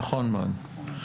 נכון מאוד.